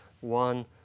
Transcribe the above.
one